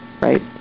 right